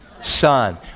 Son